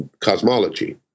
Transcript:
cosmology